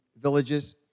villages